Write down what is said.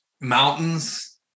mountains